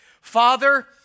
Father